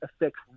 affects